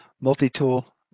multi-tool